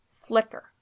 Flicker